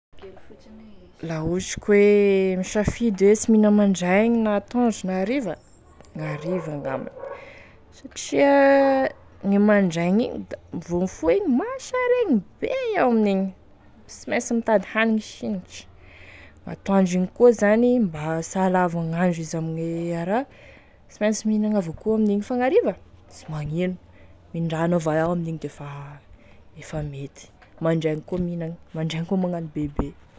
La ohatry ka hoe misafidy hoe tsy mihina mandraigny na atoandro na hariva, gn'hariva angambany satria gne mandraigny igny da voa mifoha igny mosaregny be iaho amin'igny sy mainsy mitady hanigny sinitry, gn'atoandro iny koa zany mba sy hahalava gn'andro izy ame raha koa da sy mainsy mihinagny avao koa amin'igny fa gn'hariva sy manino da mindrano avao iaho amin'igny defa defa mety da mandraigny koa minagny mandraigny koa magnano bebe.